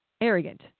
arrogant